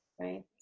right